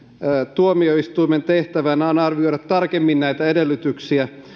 tuomioistuimen tehtävänä on arvioida tarkemmin näitä edellytyksiä